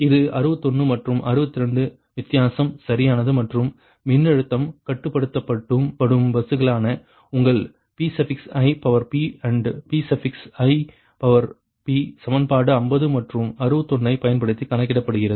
இது 61 மற்றும் 62 வித்தியாசம் சரியானது மற்றும் மின்னழுத்தம் கட்டுப்படுத்தப்படும் பஸ்களுக்கான உங்கள் Pipand ∆Pip சமன்பாடு 50 மற்றும் 61 ஐப் பயன்படுத்தி கணக்கிடப்படுகிறது